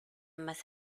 más